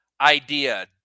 idea